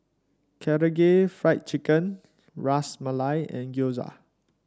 Karaage Fried Chicken Ras Malai and Gyoza